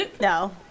No